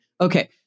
Okay